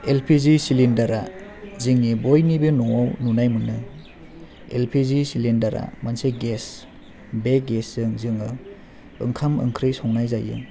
L P G सिलिण्डारा जोंनि बयनिबो न'आव नुनाय मोनो एल पि जि सिलिण्डारा मोनसे गेस बे गेसजों जोङो ओंखाम ओंख्रि संनाय जायो